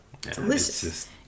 delicious